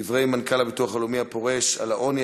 דברי מנכ"ל הביטוח הלאומי הפורש על העוני,